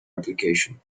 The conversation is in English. application